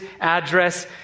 address